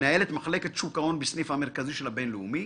מנהלת מחלקת שוק ההון בסניף המרכזי של הבינלאומי,